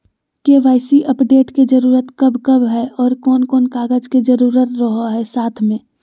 KYC update के जरूरत कब कब है और कौन कौन कागज के जरूरत रहो है साथ में?